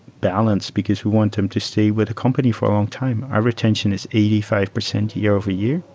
balance because we want them to stay with the company for a long time. our retention is eighty five percent year-over-year.